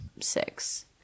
Six